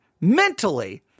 mentally